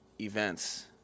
events